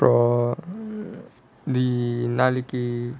oh நீ நாளைக்கி:nee naalaikki